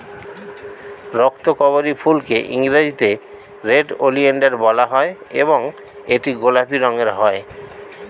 রক্তকরবী ফুলকে ইংরেজিতে red oleander বলা হয় এবং এটি গোলাপি রঙের হয়